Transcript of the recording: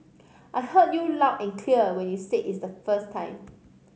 I heard you loud and clear when you said it the first time